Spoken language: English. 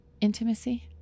Intimacy